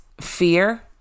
fear